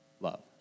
love